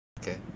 Okay